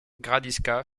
gradisca